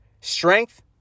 Strength